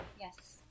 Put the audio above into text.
Yes